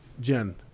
Jen